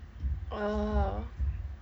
oh